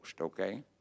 okay